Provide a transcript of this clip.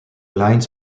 lines